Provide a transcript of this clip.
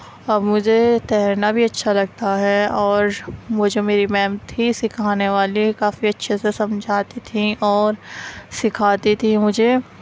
اب مجھے تیرنا بھی اچھا لگتا ہے اور وہ جو میری میم تھیں سکھانے والی کافی اچھے سے سمجھاتی تھیں اور سکھاتی تھیں مجھے